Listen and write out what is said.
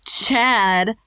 chad